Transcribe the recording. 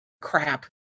crap